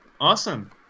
Awesome